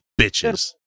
bitches